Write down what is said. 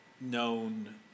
known